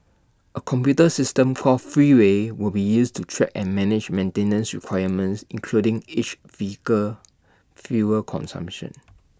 A computer system for Freeway will be used to track and manage maintenance requirements including each vehicle's fuel consumption